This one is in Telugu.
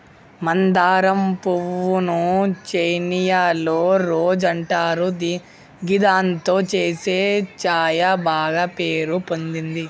మందారం పువ్వు ను చైనీయుల రోజ్ అంటారు గిదాంతో చేసే ఛాయ బాగ పేరు పొందింది